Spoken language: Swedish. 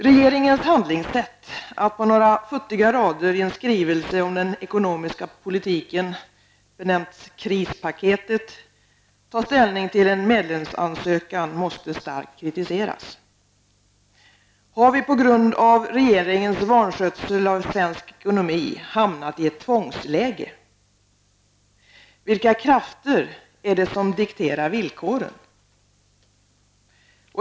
Regeringens handlingssätt att på några futtiga rader i en skrivelse om den ekonomiska politiken, benämd krispaket, ta ställning till en medlemsansökan måste starkt kritiseras. Har vi på grund av regeringens vanskötsel av svensk ekonomi hamnat i ett tvångsläge? Vilka krafter är det som dikterar villkoren?